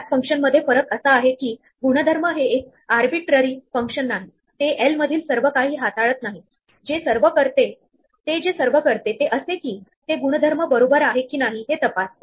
आणि शेवटी जसे युनियनमध्ये आपण दोन्ही सेट मध्ये असलेले एलिमेंट घेतो तसे न करता आपण एक्सक्लुझिव्ह ऑर करू शकतो